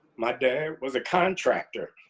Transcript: my dad was a contractor.